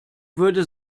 würde